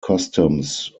customs